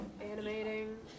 Animating